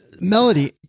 Melody